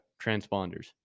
transponders